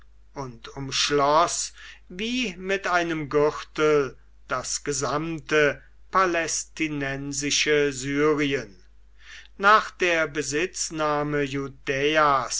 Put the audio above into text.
und umschloß wie mit einem gürtel das gesamte palästinensische syrien nach der besitznahme